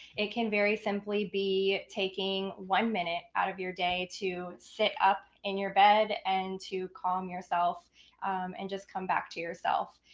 it can very simply be taking one minute out of your day to sit up in your bed and to calm yourself and just come back to yourself.